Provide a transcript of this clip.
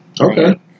Okay